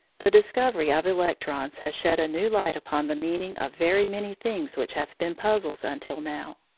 the discovery of electrons has shed a new light upon the meaning of very many things which have been puzzles until now.